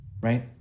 right